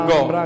God